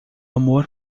amor